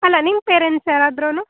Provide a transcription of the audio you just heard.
ಅಲ್ಲ ನಿಮ್ಮ ಪೇರೆಂಟ್ಸ್ ಯಾರಾದ್ರೂ